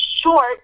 short